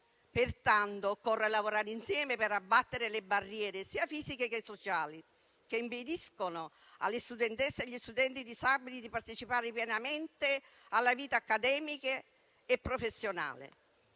Pertanto, occorre lavorare insieme per abbattere le barriere sia fisiche che sociali che impediscono alle studentesse e agli studenti disabili di partecipare pienamente alla vita accademica e professionale,